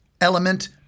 element